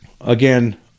again